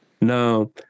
Now